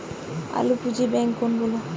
অল্প পুঁজি ব্যাঙ্ক কোনগুলি?